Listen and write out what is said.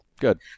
good